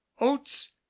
oats